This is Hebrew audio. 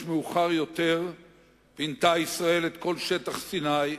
מאוחר יותר פינתה ישראל את כל שטח סיני,